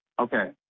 okay